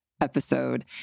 episode